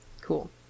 Cool